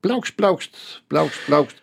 pliaukšt pliaukšt pliaukšt pliaukšt